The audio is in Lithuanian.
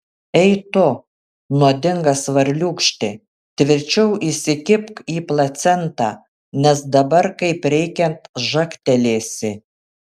ei tu nuodingas varliūkšti tvirčiau įsikibk į placentą nes dabar kaip reikiant žagtelėsi